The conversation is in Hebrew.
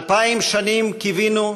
אלפיים שנים קיווינו,